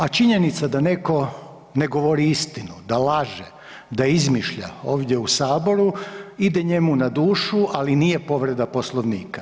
A činjenica da netko ne govori istinu, da laže, da izmišlja ovdje u Saboru ide njemu na dušu, ali nije povreda Poslovnika.